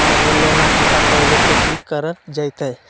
अगर लोन न चुका पैबे तो की करल जयते?